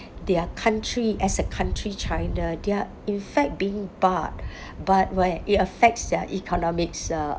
their country as a country china they are in fact being barred but where it affects their economics uh